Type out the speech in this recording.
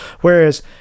whereas